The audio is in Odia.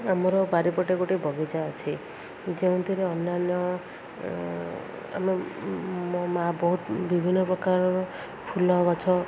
ଆମର ବାରିପଟେ ଗୋଟେ ବଗିଚା ଅଛି ଯେଉଁଥିରେ ଅନ୍ୟାନ୍ୟ ଆମେ ମୋ ମାଆ ବହୁତ ବିଭିନ୍ନ ପ୍ରକାରର ଫୁଲ ଗଛ